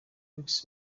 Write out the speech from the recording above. cox